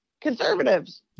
conservatives